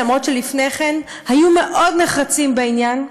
אף על פי שלפני כן הם היו מאוד נחרצים בעניין.